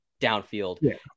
downfield